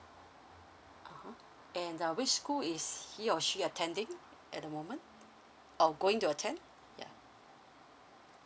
(uh huh) and uh which school is he or she attending at the moment or going to attend ya